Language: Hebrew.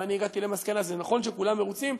ואני הגעתי למסקנה: זה נכון שכולם מרוצים,